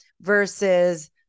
versus